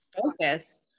focus